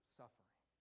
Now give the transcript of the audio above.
suffering